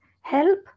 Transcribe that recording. help